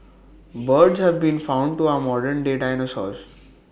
birds have been found to our modern day dinosaurs